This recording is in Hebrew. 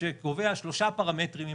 שקובע שלושה פרמטרים עם